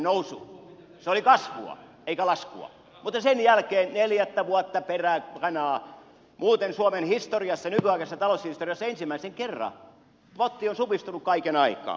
se oli kasvua eikä laskua mutta sen jälkeen neljättä vuotta peräkanaa muuten suomen nykyaikaisessa taloushistoriassa ensimmäisen kerran potti on supistunut kaiken aikaa